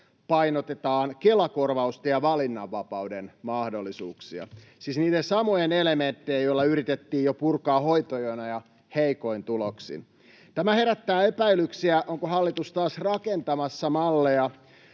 painotetaan Kela-korvausta ja valinnanvapauden mahdollisuuksia, siis niiden samojen elementtien, joilla yritettiin jo purkaa hoitojonoja heikoin tuloksin. Tämä herättää epäilyksiä, onko hallitus taas rakentamassa malleja,